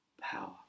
power